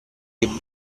che